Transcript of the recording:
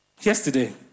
Yesterday